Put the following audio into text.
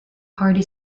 party